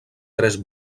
tres